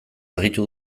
argitu